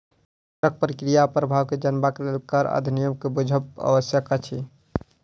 करक प्रक्रिया आ प्रभाव के जनबाक लेल कर अधिनियम के बुझब आवश्यक अछि